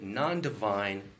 non-divine